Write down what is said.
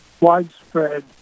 widespread